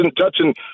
touching